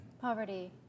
Poverty